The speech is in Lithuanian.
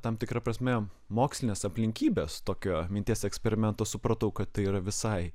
tam tikra prasme mokslines aplinkybes tokios minties eksperimento supratau kad tai yra visai